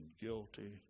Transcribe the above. guilty